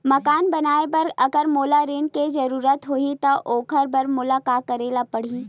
मकान बनाये बर अगर मोला ऋण के जरूरत होही त ओखर बर मोला का करे ल पड़हि?